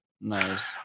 Nice